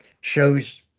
shows